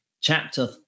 chapter